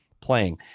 playing